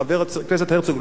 חבר הכנסת הרצוג,